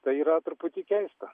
tai yra truputį keista